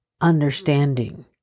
understanding